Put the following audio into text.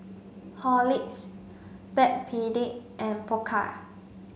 Horlicks Backpedic and Pokka